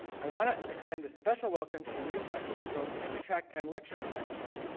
i want to extend a special welcome to the new faculty, both tenure-track and lecturer faculty.